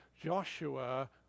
joshua